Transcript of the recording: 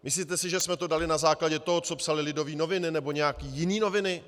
Myslíte si, že jsme to dali na základě toho, co psaly Lidové noviny nebo nějaké jiné noviny?